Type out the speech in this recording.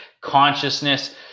consciousness